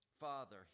Father